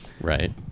Right